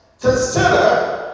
consider